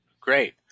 great